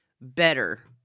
better